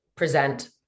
present